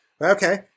okay